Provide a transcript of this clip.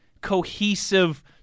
cohesive